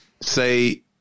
say –